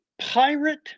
pirate